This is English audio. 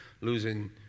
losing